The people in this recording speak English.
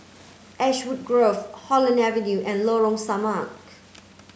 Ashwood Grove Holland Avenue and Lorong Samak